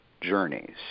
journeys